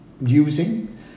using